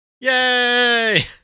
Yay